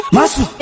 Masu